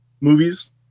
movies